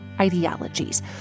ideologies